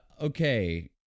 Okay